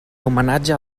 homenatge